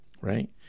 right